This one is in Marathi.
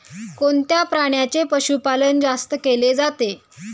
कोणत्या प्राण्याचे पशुपालन जास्त केले जाते?